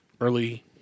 early